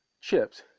chips